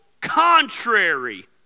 contrary